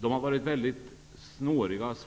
Det har helt enkelt varit väldigt snårigt att